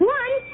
one